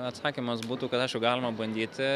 atsakymas būtų kad aišku galima bandyti